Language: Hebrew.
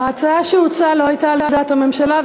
ההצעה שהוצעה לא הייתה על דעת הממשלה.